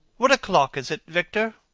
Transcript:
what o'clock is it, victor?